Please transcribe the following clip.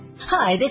Hi